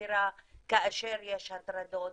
חקירה כאשר יש הטרדות.